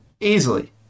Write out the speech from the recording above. easily